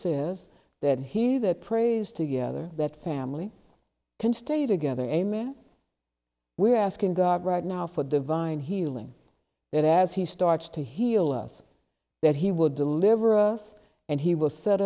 says that he that prays together that family can stay together as a man we are asking god right now for divine healing there as he starts to heal us that he will deliver us and he will set